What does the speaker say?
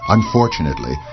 Unfortunately